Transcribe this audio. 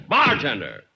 Bartender